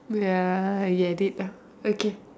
ya I did ah okay